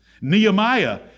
Nehemiah